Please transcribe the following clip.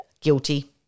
Guilty